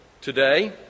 today